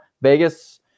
Vegas